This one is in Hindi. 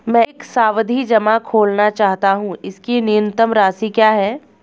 मैं एक सावधि जमा खोलना चाहता हूं इसकी न्यूनतम राशि क्या है?